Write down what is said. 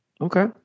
Okay